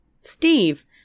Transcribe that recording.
Steve